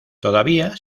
todavía